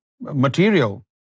material